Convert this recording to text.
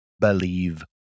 believe